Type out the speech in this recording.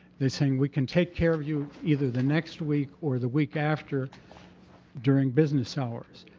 they're saying we can take care of you either the next week or the week after during business hours.